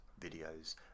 videos